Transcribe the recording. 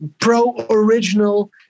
pro-original